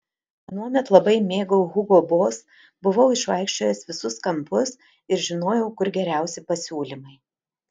anuomet labai mėgau hugo boss buvau išvaikščiojęs visus kampus ir žinojau kur geriausi pasiūlymai